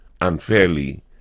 unfairly